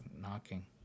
knocking